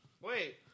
Wait